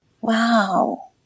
Wow